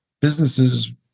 businesses